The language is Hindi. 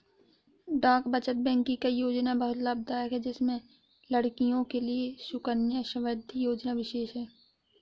डाक बचत बैंक की कई योजनायें बहुत लाभदायक है जिसमें लड़कियों के लिए सुकन्या समृद्धि योजना विशेष है